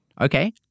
Okay